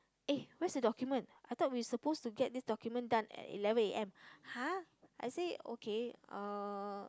eh where is the document I thought we supposed to get this document done at eleven A_M !huh! I say okay uh